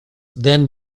then